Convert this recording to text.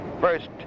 first